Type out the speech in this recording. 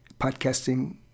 podcasting